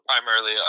primarily